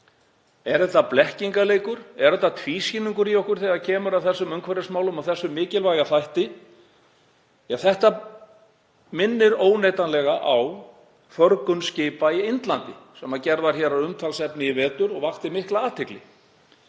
Er þetta blekkingaleikur? Er þetta tvískinnungur í okkur þegar kemur að umhverfismálum og þessum mikilvæga þætti? Þetta minnir óneitanlega á förgun skipa í Indlandi sem gerð var að umtalsefni í vetur og vakti mikla athygli.